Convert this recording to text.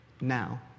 now